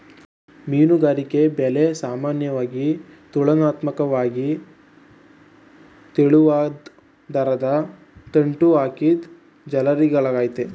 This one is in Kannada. ಮೀನುಗಾರಿಕೆ ಬಲೆ ಸಾಮಾನ್ಯವಾಗಿ ತುಲನಾತ್ಮಕ್ವಾಗಿ ತೆಳುವಾದ್ ದಾರನ ಗಂಟು ಹಾಕಿದ್ ಜಾಲರಿಗಳಾಗಯ್ತೆ